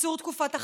קיצור תקופת החל"ת,